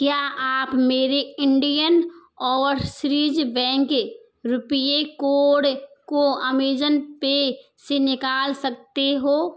क्या आप मेरे इंडियन ओवरसिरिज बैंक रुपए कोड को अमेज़न पे से निकाल सकते हो